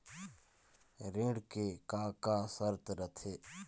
ऋण के का का शर्त रथे?